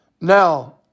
Now